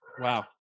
Wow